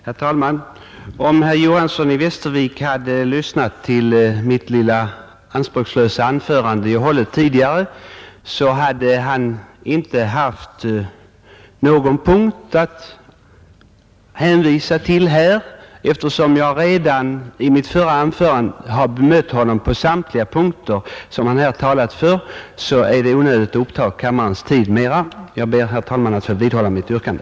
Herr talman! Om herr Johanson i Västervik hade lyssnat till det lilla anspråkslösa anförande som jag hållit tidigare, hade han inte haft någon punkt att hänvisa till här. Eftersom jag redan i mitt förra anförande har bemött herr Johanson på samtliga punkter som han här talat för, är det onödigt att uppta mer av kammarens tid. Jag ber, herr talman, att få vidhålla mitt yrkande.